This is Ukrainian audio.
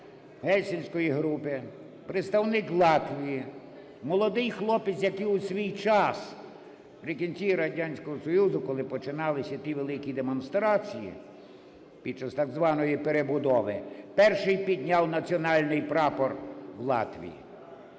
Гельсінської групи, представник Латвії – молодий хлопець, який у свій час при кінці Радянського Союзу, коли починались іти великі демонстрації під час так званої "перебудови," перший підняв національний прапор Латвії.